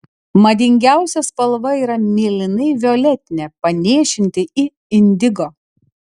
madingiausia spalva yra mėlynai violetinė panėšinti į indigo